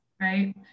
right